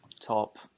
top